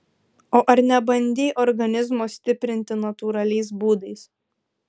o ar nebandei organizmo stiprinti natūraliais būdais